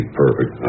perfect